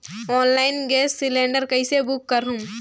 Online gas cylinder कइसे book करहु?